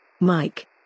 Mike